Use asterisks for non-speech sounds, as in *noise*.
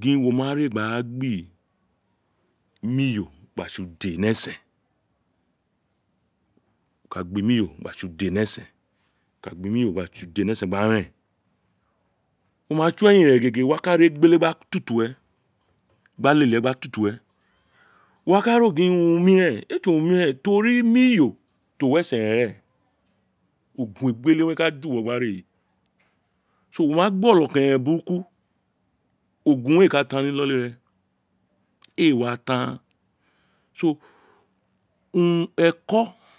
gin wo ma re gba gbi imiyo gba tsi ude ni esen wo ka gbi imiyo gba tsi ude ni esen gba reen wo ma tson eyin re gege wo wa ka ri egbele gba tutu uwe gba lele uwe gba tutu uwe wo wa ka ro gin urun omiren ee tsi urun omiren tori imiyo ti o wi esen re reen ukun egbele owun re we *unintelligible* wo ma do ono keren burúkún ogun ro ee ka ta ni iloli re ee wa tan *unintelligible* urun eko.